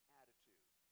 attitude